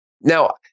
Now